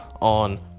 on